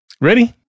ready